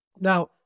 Now